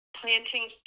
planting